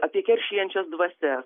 apie keršijančias dvasias